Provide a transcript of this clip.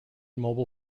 mobile